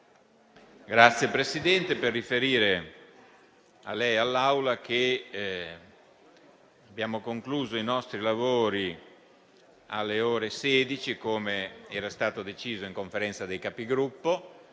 Signora Presidente, vorrei riferire all'Assemblea che abbiamo concluso i nostri lavori alle ore 16, come era stato deciso in Conferenza dei Capigruppo.